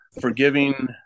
forgiving